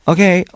Okay